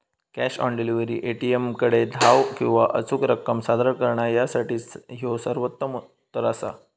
cash on delivery, ए.टी.एमकडे धाव किंवा अचूक रक्कम सादर करणा यासाठी ह्यो सर्वोत्तम उत्तर असा